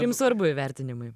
jums svarbu įvertinimai